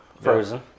frozen